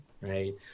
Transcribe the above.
right